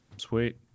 sweet